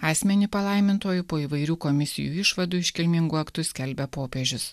asmenį palaimintuoju po įvairių komisijų išvadų iškilmingu aktu skelbia popiežius